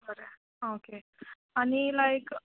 बरें आं ओके आनी लायक